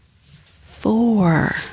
four